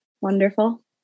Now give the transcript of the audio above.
wonderful